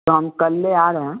तो हम कल ले आ रहे हैं